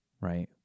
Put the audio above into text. right